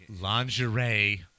Lingerie